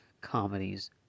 comedies